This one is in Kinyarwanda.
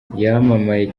yamamaye